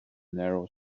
narrow